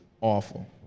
awful